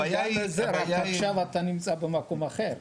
הבעיה היא --- רק עכשיו אתה נמצא במקום אחר.